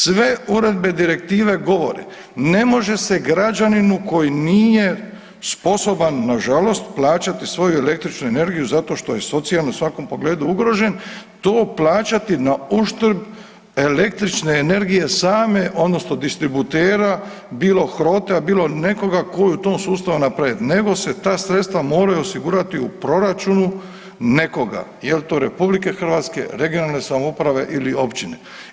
Sve uredbe, direktive govore ne može se građaninu koji nije sposoban nažalost plaćati svoju električnu energiju zato što je socijalno i u svakom pogledu ugrožen, to plaćati na uštrb električne energije same odnosno distributera bilo HROTE-a bilo nekoga tko je u tom sustavu napravit, nego se ta sredstva moraju osigurati u proračunu nekoga, jel to RH, regionalne samouprave ili općine.